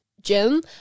Jim